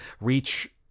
reach